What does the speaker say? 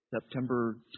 September